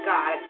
God